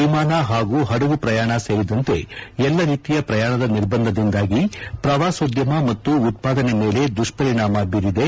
ವಿಮಾನ ಹಾಗೂ ಪಡಗು ಪ್ರಯಾಣ ಸೇರಿದಂತೆ ಎಲ್ಲಾ ರೀತಿಯ ಪ್ರಯಾಣದ ನಿರ್ಬಂಧದಿಂದಾಗಿ ಪ್ರವಾಸೋದ್ಯಮ ಮತ್ತು ಉತ್ಪಾದನೆ ಮೇಲೆ ದುಷ್ಷರಿಣಾಮ ಬೀರಿದೆ